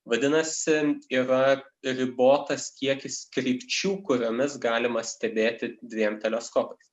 vadinasi yra ribotas kiekis krypčių kuriomis galima stebėti dviem teleskopais